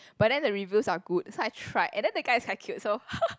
but then the reviews are good so I tried and then the guy is quite cute so